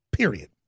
Period